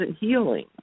healing